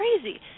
crazy